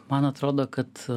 man atrodo kad